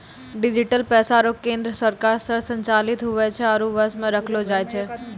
digital पैसा रो केन्द्र सरकार से संचालित हुवै छै आरु वश मे रखलो जाय छै